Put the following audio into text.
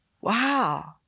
Wow